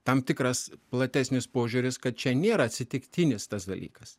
tam tikras platesnis požiūris kad čia nėra atsitiktinis tas dalykas